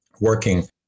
working